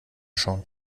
schon